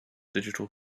digital